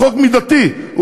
לכן החוק הזה הוא חוק מידתי.